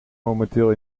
momenteel